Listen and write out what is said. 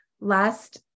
last